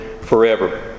forever